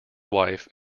wife